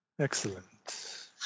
Excellent